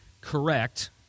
correct